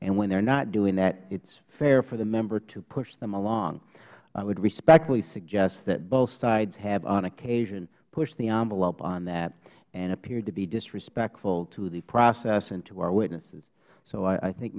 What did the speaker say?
and when they're not doing that it's fair for the member to push them along i would respectfully suggest that both sides have on occasion pushed the envelope on that and appeared to be disrespectful to the process and to our witnesses so i think